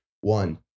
One